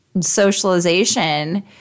socialization